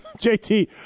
JT